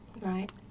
Right